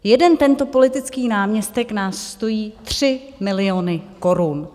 Jeden tento politický náměstek nás stojí 3 miliony korun.